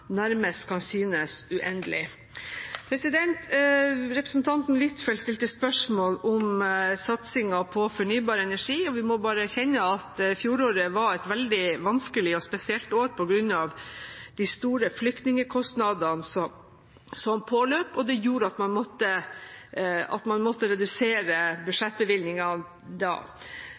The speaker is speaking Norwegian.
nærmest kan synes uendelig. Representanten Huitfeldt stilte spørsmål om satsingen på fornybar energi. Vi må bare erkjenne at fjoråret var et veldig vanskelig og spesielt år på grunn av de store flyktningkostnadene som påløp, som gjorde at man måtte redusere budsjettbevilgningene da.